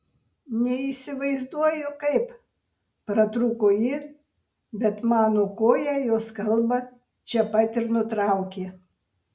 neįsivaizduoju kaip pratrūko ji bet mano koja jos kalbą čia pat ir nutraukė